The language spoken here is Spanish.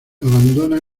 abandona